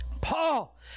Paul